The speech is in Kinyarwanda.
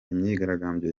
imyigaragambyo